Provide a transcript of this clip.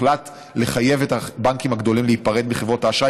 הוחלט לחייב את הבנקים הגדולים להיפרד מחברות האשראי,